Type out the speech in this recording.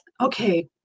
okay